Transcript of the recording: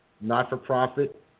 not-for-profit